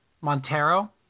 Montero